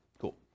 Cool